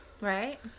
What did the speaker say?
Right